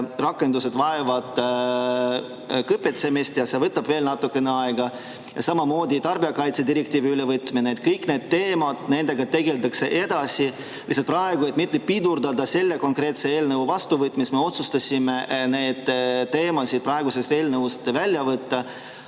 vastu, vajavad kõpitsemist. See võtab veel natukene aega, samamoodi tarbijakaitse direktiivi ülevõtmine. Kõigi nende teemadega tegeldakse edasi. Lihtsalt praegu, et mitte pidurdada selle konkreetse eelnõu vastuvõtmist, me otsustasime need teemad siit eelnõust välja võtta.